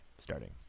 starting